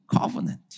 covenant